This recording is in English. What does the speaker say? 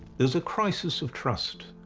there's a crisis of trust